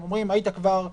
הם אומרים: כבר היית,